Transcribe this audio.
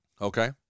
Okay